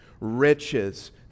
riches